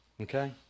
Okay